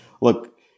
look